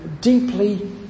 deeply